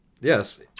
Yes